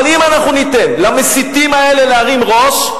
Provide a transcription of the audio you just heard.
אבל אם אנחנו ניתן למסיתים האלה להרים ראש,